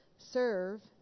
Serve